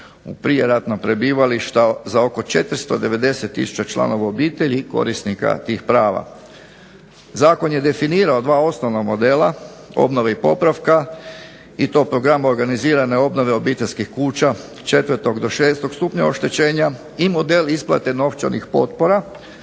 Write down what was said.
u prijeratna prebivališta za oko 490 tisuća članova obitelji i korisnika tih prava. Zakon je definirao dva osnovna modela, obnove i popravka i to program organizirane obnove obiteljskih kuća četvrtog do šestog stupnja oštećenja, i model isplate novčanih potpora